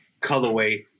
colorway